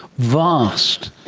vast,